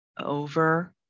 over